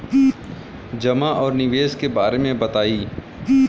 जमा और निवेश के बारे मे बतायी?